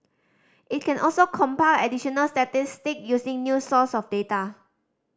it can also compile additional statistic using new source of data